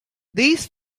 these